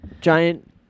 giant